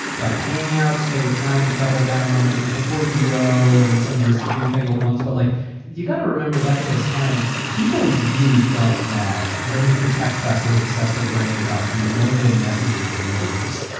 but hangouts, they were trying to double down on. it was before duo and some of these newfangled blondes. but like you got to remember back at this time, people really felt that or at least the tech press was obsessed with writing about the mobile messaging wars.